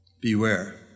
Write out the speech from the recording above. Beware